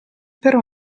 per